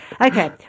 Okay